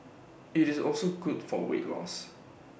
IT is also good for weight loss